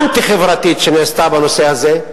האנטי-חברתית שנעשתה בנושא הזה,